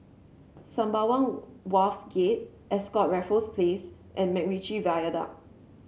Sembawang Wharves Gate Ascott Raffles Place and MacRitchie Viaduct